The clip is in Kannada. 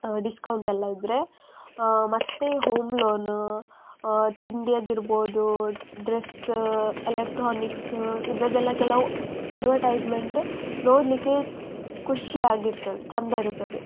ಡಿಸ್ಕೌಂಟ್ ಎಲ್ಲ ಇದ್ದರೆ ಮತ್ತೆ ಹೋಮ್ ಲೋನ್ ತಿಂಡಿಯದ್ದಿರ್ಬೋದು ಡ್ರೆಸ್ ಎಲೆಕ್ಟ್ರಾನಿಕ್ಸ್ ಇದರದ್ದೆಲ್ಲ ಕೆಲವು ಅಡ್ವಟೈಸ್ಮೆಂಟ್ ನೋಡಲಿಕ್ಕೆ ಖುಷಿಯಾಗಿರ್ತದೆ ಚೆಂದ ಇರ್ತದೆ